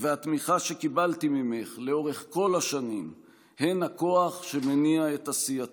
והתמיכה שקיבלתי ממך לאורך כל השנים הן הכוח שמניע את עשייתי.